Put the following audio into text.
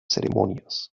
ceremonias